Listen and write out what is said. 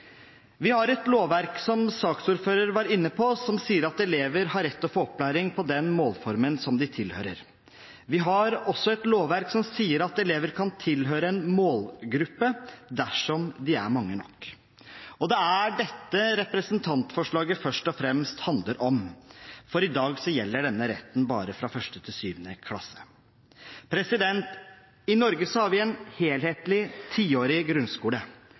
Vi har et lovverk, som saksordføreren var inne på, som sier at elever har rett til å få opplæring på den målformen som de tilhører. Vi har også et lovverk som sier at elever kan tilhøre en målgruppe dersom de er mange nok. Og det er dette representantforslaget først og fremst handler om, for i dag gjelder denne retten bare fra 1. til 7. klasse. I Norge har vi en helhetlig tiårig grunnskole